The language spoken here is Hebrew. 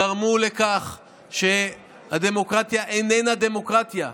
גרמו לכך שהדמוקרטיה איננה דמוקרטיה.